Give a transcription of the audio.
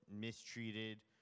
mistreated